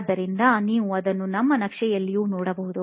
ಆದ್ದರಿಂದ ನೀವು ಅದನ್ನು ನನ್ನ ನಕ್ಷೆಯಲ್ಲಿಯೂ ನೋಡಬಹುದು